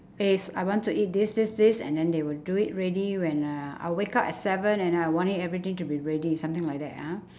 is I want to eat this this this and then they will do it ready when uh I'll wake up at seven and I want it everything to be ready something like that ah